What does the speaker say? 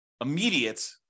immediate